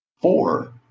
four